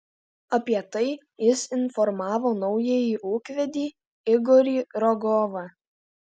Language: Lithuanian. apie tai jis informavo naująjį ūkvedį igorį rogovą